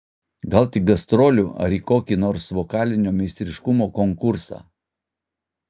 gal tik gastrolių ar į kokį nors vokalinio meistriškumo konkursą